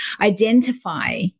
identify